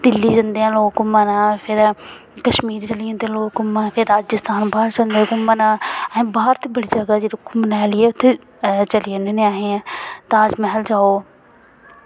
दिल्ली जंदे ऐ लोग घूमन फिर कश्मीर चली जंदे लोग घूमन फिर राजस्थान बाहर जंदे घूमन असें बाह्र ते बड़ी जगह् जेह्ड़ी घूमने आह्ली ऐ उ'त्थें चली जन्ने होने असें ताजमैह्ल जाओ